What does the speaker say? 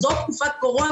זאת תקופת קורונה.